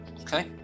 okay